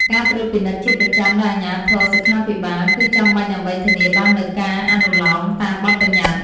ការត្រួតពិនិត្យជាប្រចាំដោយអាជ្ញាធរសុខាភិបាលគឺចាំបាច់ដើម្បីធានាបាននូវការអនុលោមតាមបទប្បញ្ញត្តិ។